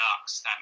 Ducks